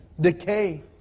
Decay